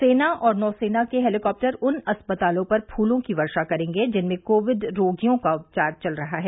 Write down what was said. सेना और नौसेना के हेलिकॉप्टर उन अस्पतालों पर फूलों की वर्षा करेंगे जिनमें कोविड रोगियों का उपचार चल रहा है